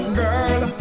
girl